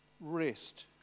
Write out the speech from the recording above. rest